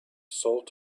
salt